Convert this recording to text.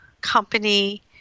company